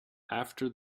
after